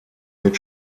mit